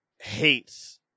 hates